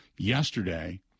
yesterday